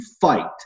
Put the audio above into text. fight